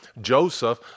Joseph